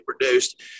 produced